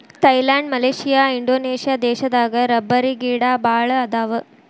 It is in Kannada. ಥೈಲ್ಯಾಂಡ ಮಲೇಷಿಯಾ ಇಂಡೋನೇಷ್ಯಾ ದೇಶದಾಗ ರಬ್ಬರಗಿಡಾ ಬಾಳ ಅದಾವ